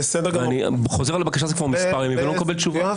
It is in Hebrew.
אני חוזר על הבקשה הזו כבר מספר ימים ולא מקבל תשובות.